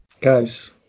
Guys